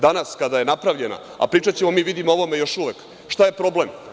Danas, kada je napravljena, a vidim da ćemo mi pričati o ovome još uvek, šta je problem?